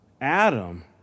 Adam